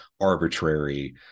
arbitrary